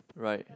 right